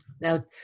now